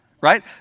right